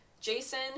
Jason